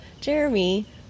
Jeremy